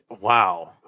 Wow